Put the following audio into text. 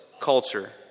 culture